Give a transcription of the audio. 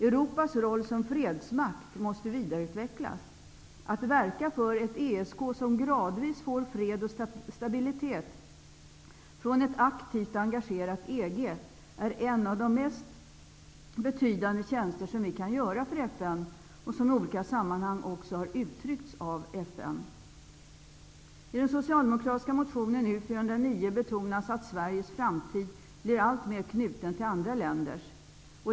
Europas roll som fredsmakt måste vidareutvecklas. Att verka för ett ESK som gradvis får fred och stabilitet från ett aktivt och engagerat EG är en av de mest betydande tjänster som vi kan göra för FN, vilket i olika sammanhang också har uttryckts av FN. I den socialdemokratiska motionen U409 betonas att Sveriges framtid blir alltmer knuten till andra länders.